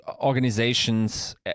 organizations